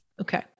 Okay